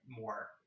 more